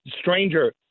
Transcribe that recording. stranger